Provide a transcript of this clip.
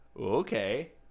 Okay